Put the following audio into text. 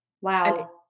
Wow